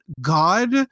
god